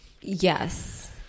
Yes